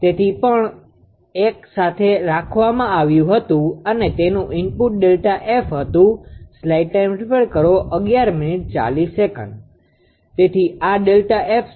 તેથી આ પણ એક સાથે રાખવામાં આવ્યું હતું અને તેનું ઇનપુટ Δf હતું તેથી આ Δf સમાન વસ્તુ છે